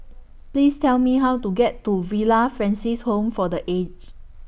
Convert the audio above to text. Please Tell Me How to get to Villa Francis Home For The Aged